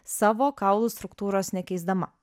savo kaulų struktūros nekeisdama